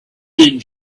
and